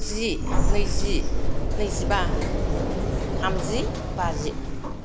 जि नैजि नैजिबा थामजि बाजि